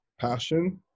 passion